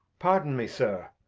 pardon me. sir,